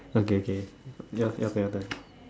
okay okay yours your turn your turn